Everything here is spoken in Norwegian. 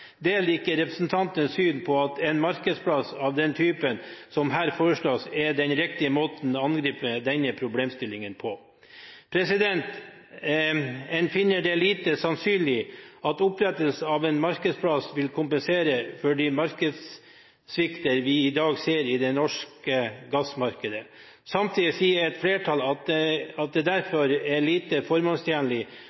deler ikke representantenes syn på at en markedsplass av den typen som her foreslås, er den riktige måten å angripe denne problemstillingen på. En finner det lite sannsynlig at opprettelsen av en markedsplass vil kompensere for de markedssvikter vi i dag ser i det norske gassmarkedet. Samtidig sier et flertall at det